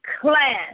class